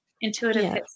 intuitive